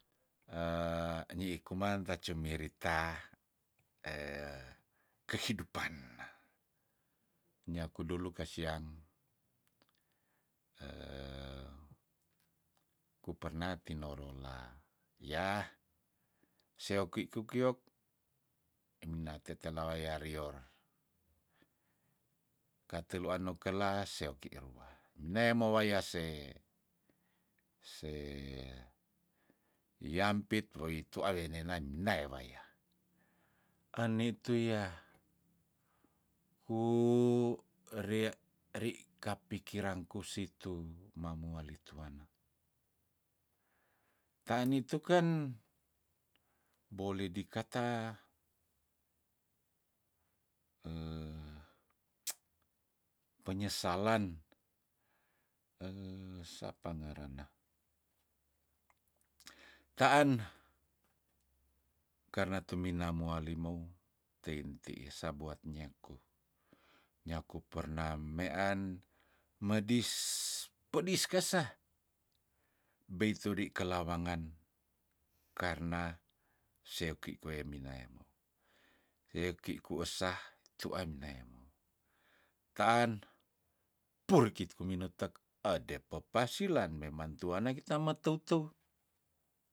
enyii kuman tacumirita kehidupan nyaku dulu kasiang kupernah tinorola yah seoki kukiyok eminate tela waya rior kateluan nokela seoki rua minae mowaya se se yampit woi tua wenena minaya waya eni tuyah ku eria ri kapikirangku situ mamuali tuanna taan nituken boleh dikata penyesalan sapa ngarenga taan karna tumina moalimou teitiih sabuat nyaku nyaku pernah mean medis pedis kasah beitudi kelawangan karna seoki kwe minayamou seoki kusa tua minayamou taan puriki tukuminutek ede pepasilan meman tuanna kita meteu- teu